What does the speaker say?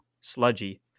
sludgy